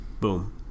Boom